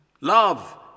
Love